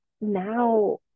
now